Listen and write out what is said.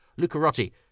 Lucarotti